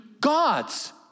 God's